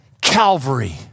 Calvary